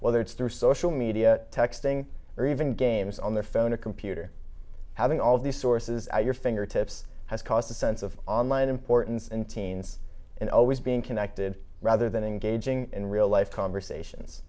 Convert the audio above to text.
whether it's through social media texting or even games on their phone or computer having all these sources at your fingertips has caused a sense of online importance and teens and always being connected rather than engaging in real life conversations